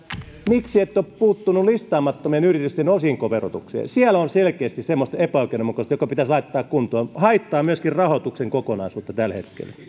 miksi ette ole puuttunut listaamattomien yritysten osinkoverotukseen siellä on selkeästi semmoista epäoikeudenmukaisuutta joka pitäisi laittaa kuntoon joka haittaa myöskin rahoituksen kokonaisuutta tällä